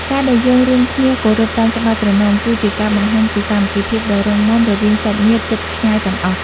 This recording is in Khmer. ការដែលយើងរួមគ្នាគោរពតាមច្បាប់ត្រណម គឺជាការបង្ហាញពីសាមគ្គីភាពដ៏រឹងមាំរវាងសាច់ញាតិជិតឆ្ងាយទាំងអស់។